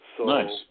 Nice